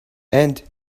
and